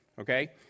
okay